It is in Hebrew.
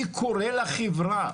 אני קורא לה חברה.